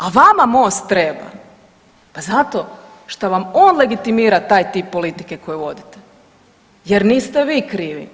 A vama MOST treba pa zato što vam on legitimira taj tip politike koju vodite jer niste vi krivi.